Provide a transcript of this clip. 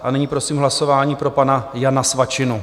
A nyní prosím hlasování pro pana Jana Svačinu.